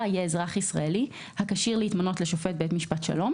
יהיה אזרח ישראלי הכשיר להתמנות לשופט בית משפט שלום,